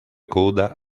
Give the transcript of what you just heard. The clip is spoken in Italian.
coda